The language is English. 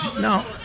No